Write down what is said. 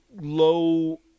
low